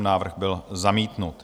Návrh byl zamítnut.